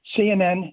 CNN